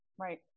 Right